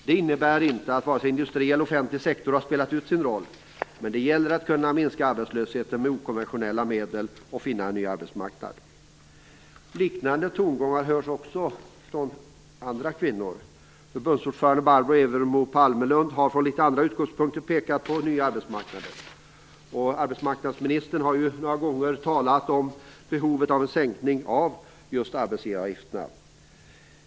Det innebär inte att vare sig industri eller offentlig sektor har spelat ut sin roll. Men det gäller att kunna minska arbetslösheten med okonventionella medel och att finna ny arbetsmarknad. Liknande tongångar hörs också från andra kvinnor. Förbundsordförande Barbro Evermo Palmerlund har från litet andra utgångspunkter pekat på nya arbetsmarknader. Arbetsmarknadsministern har några gånger talat om behovet av en sänkning av arbetsgivaravgifterna.